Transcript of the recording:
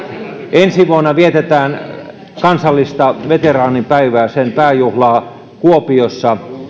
ensi vuonna vietetään kansallista veteraanipäivää sen pääjuhlaa kuopiossa